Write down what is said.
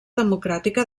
democràtica